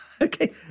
Okay